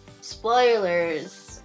Spoilers